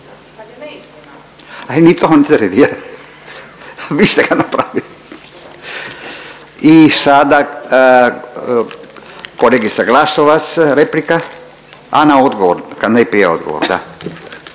I sada kolegica Glasovac replika, a ne odgovor, najprije odgovor da,